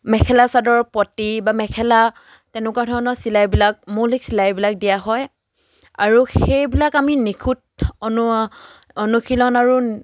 মেখেলা চাদৰ পতি বা মেখেলা তেনেকুৱা ধৰণৰ চিলাইবিলাক মৌলিক চিলাইবিলাক দিয়া হয় আৰু সেইবিলাক আমি নিখুঁত অনু অনুশীলন আৰু